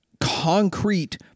concrete